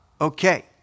okay